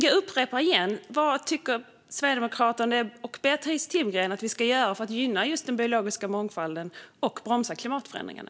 Vad tycker Sverigedemokraterna och Beatrice Timgren att vi ska göra för att gynna den biologiska mångfalden och bromsa klimatförändringarna?